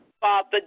Father